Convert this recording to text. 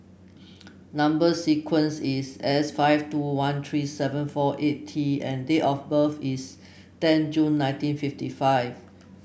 number sequence is S five two one three seven four eight T and date of birth is ten June nineteen fifty five